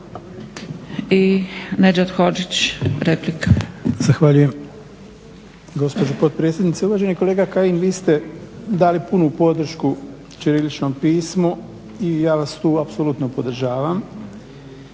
Nedžad Hodžić, replika.